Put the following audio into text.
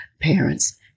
parents